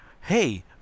hey